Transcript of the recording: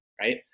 Right